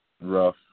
rough